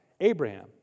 Abraham